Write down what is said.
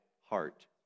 heart